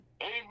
Amen